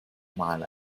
mal